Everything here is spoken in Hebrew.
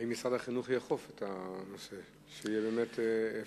האם משרד החינוך יאכוף את הנושא כך שבאמת יהיה